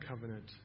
covenant